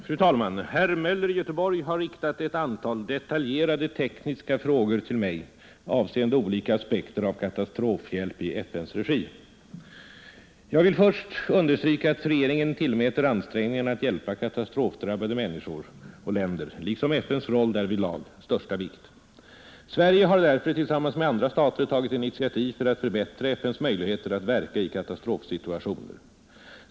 Fru talman! Herr Möller i Göteborg har riktat ett antal detaljerade tekniska frågor till mig avseende olika aspekter av katastrofhjälp i FN:s regi. Jag vill först understryka att regeringen tillmäter ansträngningarna att hjälpa katastrofdrabbade människor och länder liksom FN s roll därvidlag största vikt. Sverige har därför tillsammans med andra stater tagit initiativ för att förbättra FN:s möjligheter att verka i katastrofsituationer.